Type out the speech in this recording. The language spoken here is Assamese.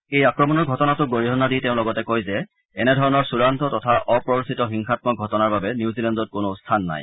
এই আক্ৰমণৰ ঘটনাটোক গৰিহণা দি তেওঁ লগতে কয় যে এনে ধৰণৰ চুড়ান্ত তথা অপ্ৰৰোচিত হিংসাত্মক ঘটনাৰ বাবে নিউজিলেণ্ডত কোনো স্থান নাই